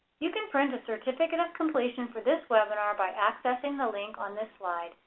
you can print a certificate of completion for this webinar by accessing the link on this slide.